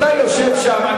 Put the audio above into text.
אתה יושב שם.